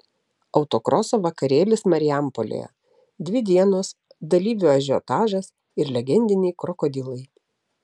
autokroso vakarėlis marijampolėje dvi dienos dalyvių ažiotažas ir legendiniai krokodilai